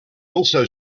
also